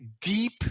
deep